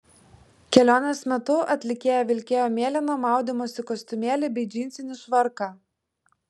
kelionės metu atlikėja vilkėjo mėlyną maudymosi kostiumėlį bei džinsinį švarką